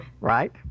right